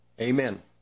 amen